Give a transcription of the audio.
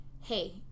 hey